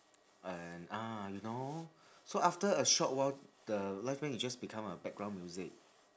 and ah you know so after a short while the live band is just become a background music